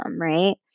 right